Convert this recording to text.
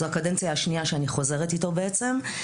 זו הקדנציה השנייה שאני חוזרת איתו בעצם.